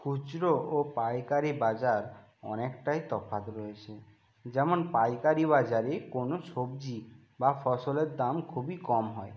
খুচরো ও পাইকারি বাজার অনেকটাই তফাৎ রয়েছে যেমন পাইকারি বাজারে কোন সবজি বা ফসলের দাম খুবই কম হয়